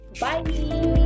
bye